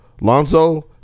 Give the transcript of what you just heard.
Lonzo